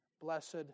blessed